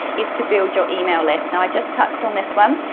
is to build your email list. now i just touched on this one.